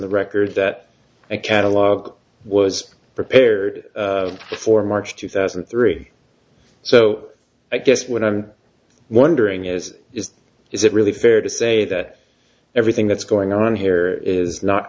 the record that a catalog was prepared before march two thousand and three so i guess what i'm wondering is is is it really fair to say that everything that's going on here is not